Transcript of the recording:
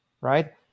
right